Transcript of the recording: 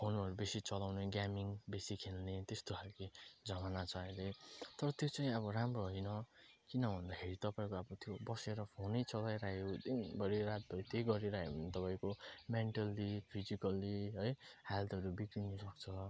फोनहरू बेसी चलाउने गेमिङ बेसी खेल्ने त्यस्तो खालके जमाना छ अहिले तर त्यो चाहिँ अब राम्रो होइन किन भन्दाखेरि तपाईँको अब त्यो बसेर फोनै चलाइरह्यो दिनभरि रातभरि त्यही गरिरह्यो भने तपाईँको मेन्टली फिजिकली है हेल्थहरू बिग्रिनसक्छ